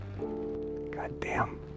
goddamn